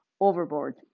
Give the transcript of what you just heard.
overboard